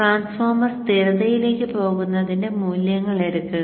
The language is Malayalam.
ട്രാൻസ്ഫോർമർ സ്ഥിരതയിലേക്ക് പോകുന്നതിന്റെ മൂല്യങ്ങൾ എടുക്കുക